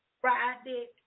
Friday